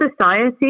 society